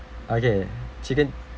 okay chicken